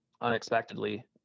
unexpectedly